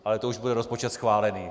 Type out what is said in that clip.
Ale to už bude rozpočet schválený.